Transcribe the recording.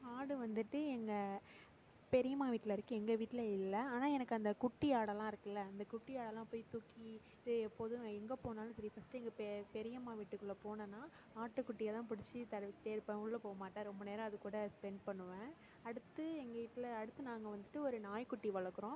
ஆடு வந்துட்டு எங்கள் பெரியம்மா வீட்டில் இருக்குது எங்கள் வீட்டில் இல்லை ஆனால் எனக்கு அந்த குட்டி ஆடெல்லாம் இருக்குல்லை அந்த குட்டி ஆடெல்லாம் போய் தூக்கி இதை எப்போதும் நான் எங்கே போனாலும் சரி ஃபர்ஸ்ட்டு எங்கள் பே பெரியம்மா வீட்டுக்குள்ளெ போனேன்னா ஆட்டு குட்டியை தான் புடிச்சு தடவிகிட்டே இருப்பேன் உள்ளெ போகமாட்டேன் ரொம்ப நேரம் அது கூட ஸ்பென்ட் பண்ணுவேன் அடுத்து எங்கள் வீட்டில் அடுத்து நாங்கள் வந்துட்டு ஒரு நாய் குட்டி வளர்குறோம்